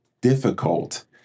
difficult